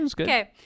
okay